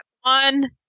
one